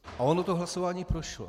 A ono to hlasování prošlo.